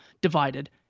divided